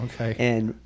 Okay